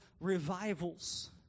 revivals